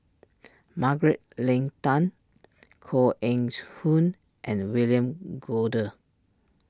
Margaret Leng Tan Koh Eng Hoon and William Goode